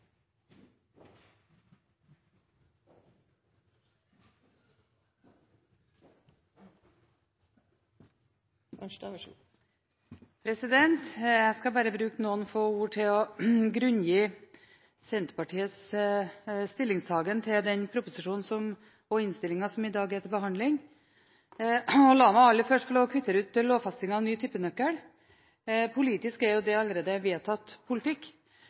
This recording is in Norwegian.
Jeg skal bare bruke noen få ord til å grunngi Senterpartiets stillingtagen til den proposisjonen og den innstillingen som i dag er til behandling. La meg aller først få kvittere ut lovfestingen av ny tippenøkkel. Politisk er det jo allerede vedtatt politikk.